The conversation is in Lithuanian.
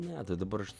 ne tai dabar aš